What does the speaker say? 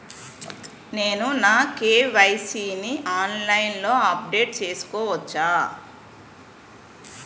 నేను నా కే.వై.సీ ని ఆన్లైన్ లో అప్డేట్ చేసుకోవచ్చా?